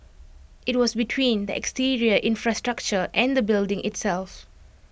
IT was between the exterior infrastructure and the building itself